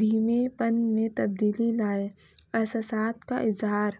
دھیمے پن میں تبدیلی لائے احسسات کا اظہار